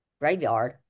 graveyard